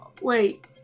Wait